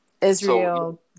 Israel